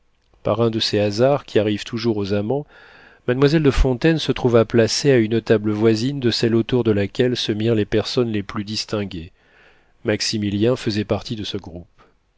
par un de ces hasards qui arrivent toujours aux amants mademoiselle de fontaine se trouva placée à une table voisine de celle autour de laquelle se mirent les personnes les plus distinguées maximilien faisait partie de ce groupe